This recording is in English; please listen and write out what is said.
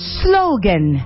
slogan